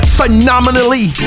phenomenally